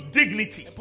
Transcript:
dignity